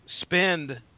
spend